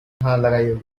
when